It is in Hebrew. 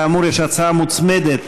כאמור, יש הצעה מוצמדת,